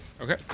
Okay